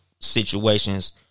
situations